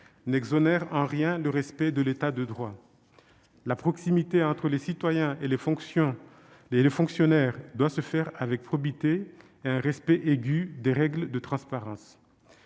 n'exonère en rien du respect de l'État de droit. La proximité entre les citoyens et les fonctionnaires doit se faire avec probité et un respect aigu des règles de transparence.